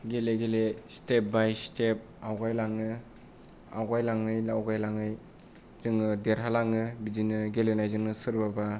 गेले गेले step by step आवगायलाङो आवगायलाङै आवगायलाङै जोङो देरहालाङो बिदिनो गेलेनायजोंनो सोरबाबा